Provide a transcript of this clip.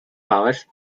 powers